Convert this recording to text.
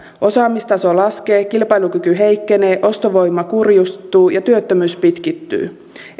osaamistaso laskee kilpailukyky heikkenee ostovoima kurjistuu ja työttömyys pitkittyy